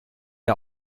der